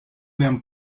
them